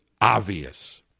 obvious